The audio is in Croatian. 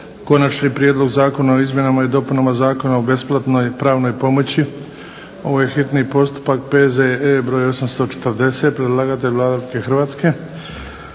Konačni prijedlog zakona o izmjenama i dopunama Zakona o besplatnoj pravnoj pomoći, bio je hitni postupak, P.Z.E. br. 840, predlagatelj Vlada Republike Hrvatske,